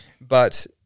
But-